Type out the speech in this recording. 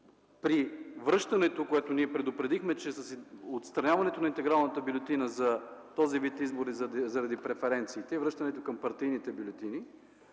при връщането – ние предупредихме, че отстраняването на интегралната бюлетина за този вид избори заради преференциите и връщането към партийните бюлетини